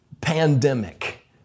pandemic